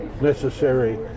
necessary